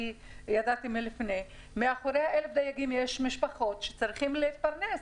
כי ידעתי קודם לכן מאחורי 1,000 הדייגים יש משפחות שצריכות להתפרנס.